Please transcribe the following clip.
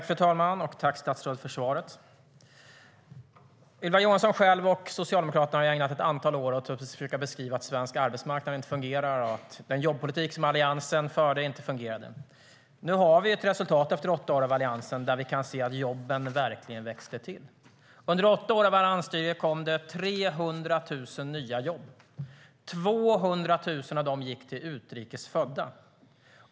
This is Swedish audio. Fru talman! Tack, statsrådet, för svaret! Ylva Johansson själv och Socialdemokraterna har ägnat ett antal år åt att försöka beskriva att den svenska arbetsmarknaden inte fungerar och att den jobbpolitik som Alliansen förde inte fungerade. Nu har vi ett resultat efter åtta år med Alliansen. Vi kan se att jobben verkligen växte till. Under åtta år av alliansstyre kom det 300 000 nya jobb. Av dem gick 200 000 till utrikes födda.